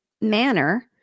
manner